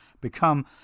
become